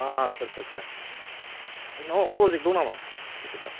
आदसा आदसा नोंनाव प्र'जेक्ट दं नामा गोदान